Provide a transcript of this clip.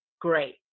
great